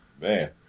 man